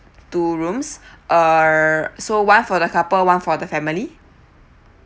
two rooms uh so one for the couple one for the family